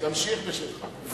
תמשיך בשלך.